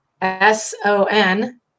S-O-N